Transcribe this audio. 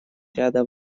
ряда